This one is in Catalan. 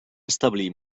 establir